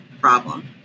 problem